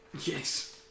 Yes